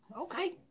Okay